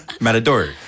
matador